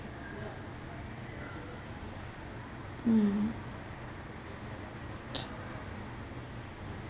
mm